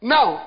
Now